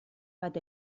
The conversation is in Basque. bat